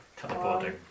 teleporting